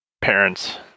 parents